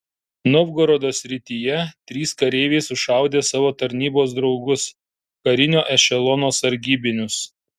novgorodo srityje trys kareiviai sušaudė savo tarnybos draugus karinio ešelono sargybinius